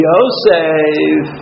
Yosef